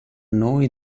noi